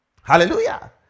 hallelujah